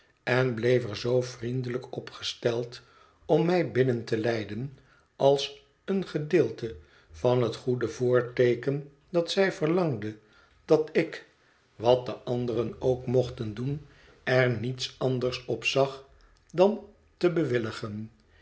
en bleef er zoo vriendelijk op gesteld om mij binnen te leiden als een gedeelte van het goede voorteeken dat zij verlangde dat ik wat de anderen ook mochten doen er niets anders op zag dan te